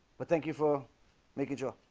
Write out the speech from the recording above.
but thank you for making sure